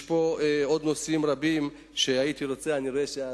יש פה עוד נושאים רבים שהייתי רוצה לדבר עליהם,